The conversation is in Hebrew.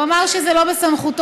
הוא אמר שזה לא בסמכותו,